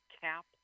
cap